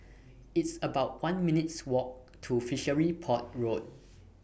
It's about one minutes' Walk to Fishery Port Road